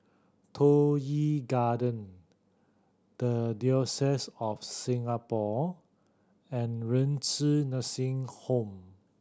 Toh Yi Garden The Diocese of Singapore and Renci Nursing Home